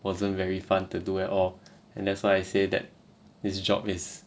wasn't very fun to do at all and that's why I say that this job is